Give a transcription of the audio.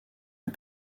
est